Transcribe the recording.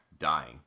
dying